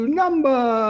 number